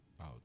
out